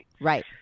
Right